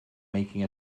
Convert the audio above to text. making